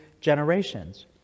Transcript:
generations